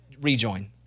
rejoin